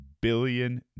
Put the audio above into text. billion